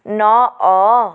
ନଅ